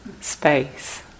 space